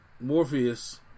Morpheus